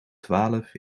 twaalf